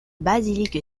basilique